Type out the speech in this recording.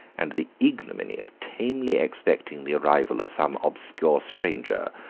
and the ignominy of tamely expecting the arrival of some obscure stranger,